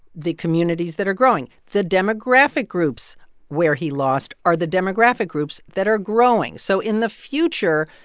the communities that are growing. the demographic groups where he lost are the demographic groups that are growing. so in the future,